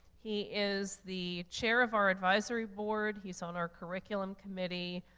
he is the chair of our advisory board. he's on our curriculum committee.